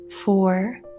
four